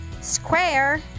square